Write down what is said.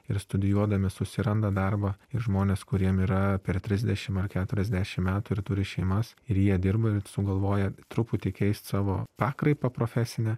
ir studijuodami susiranda darbą ir žmonės kuriem yra per trisdešim ar keturiasdešim metų ir turi šeimas ir jie dirba ir sugalvoja truputį keist savo pakraipą profesinę